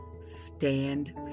stand